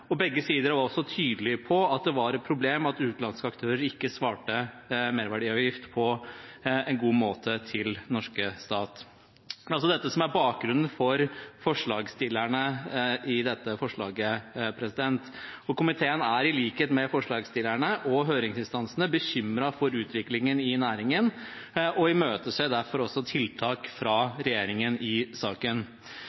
og begge sider var også tydelig på at det var et problem at utenlandske aktører ikke svarte merverdiavgift på en god måte til den norske stat. Det er altså dette som er bakgrunnen for representantforslaget, og komiteen er i likhet med forslagsstillerne og høringsinstansene bekymret for utviklingen i næringen og imøteser derfor tiltak fra regjeringen i saken.